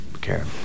care